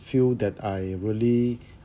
feel that I really